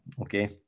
okay